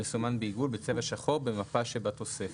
המסומן בעיגול בצבא שחור במפה שבתוספת,